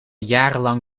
jarenlang